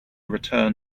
return